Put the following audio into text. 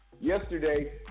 yesterday